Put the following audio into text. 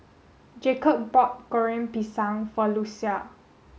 Jacob bought Goreng Pisang for Lucia